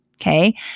Okay